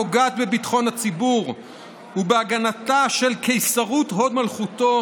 הפוגעת בביטחון הציבור ובהגנתה של קיסרות הוד מלכותו